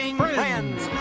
friends